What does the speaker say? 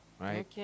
right